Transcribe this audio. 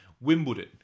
Wimbledon